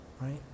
Right